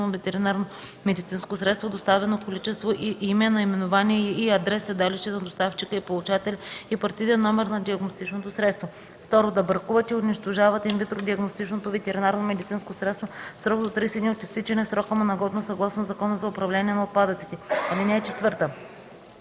ветеринарномедицинско средство, доставено количество, име/наименование и адрес/седалище на доставчика и получателя и партиден номер на диагностичното средство; 2. да бракуват и унищожат инвитро диагностичното ветеринарномедицинско средство в срок до 30 дни от изтичане срока му на годност съгласно Закона за управление на отпадъците. (4) Всяка